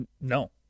no